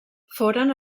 foren